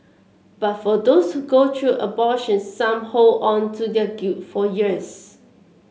but for those go through abortions some hold on to their guilt for years